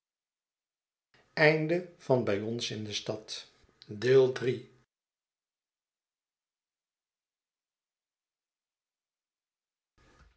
bij ons in de stad